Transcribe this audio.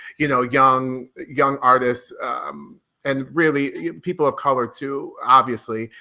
you know, young young artists and really people of color too, obviously.